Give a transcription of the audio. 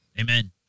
Amen